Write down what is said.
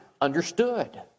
understood